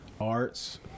arts